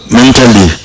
mentally